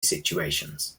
situations